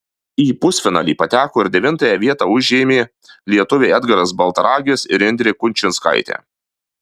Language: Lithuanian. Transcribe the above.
į pusfinalį pateko ir devintąją vietą užėmė lietuviai edgaras baltaragis ir indrė kučinskaitė